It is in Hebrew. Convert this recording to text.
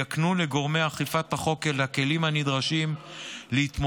יקנו לגורמי אכיפת החוק את הכלים הנדרשים להתמודד